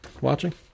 Watching